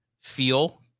feel